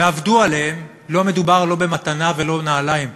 ועבדו עליהם, לא מדובר לא במתנה ולא נעליים,